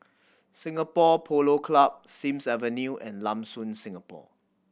Singapore Polo Club Sims Avenue and Lam Soon Singapore